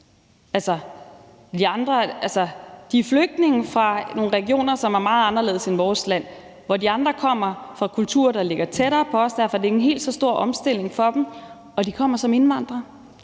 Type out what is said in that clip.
De er flygtninge fra nogle regioner, som er meget anderledes end vores land, mens de andre kommer fra kulturer, der ligger tættere på os. Derfor er det ikke en helt så stor omstilling for dem, og de kommer som indvandrere.